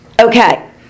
Okay